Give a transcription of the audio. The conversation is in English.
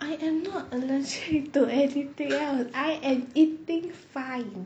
I am not allergic to everything else I am eating fine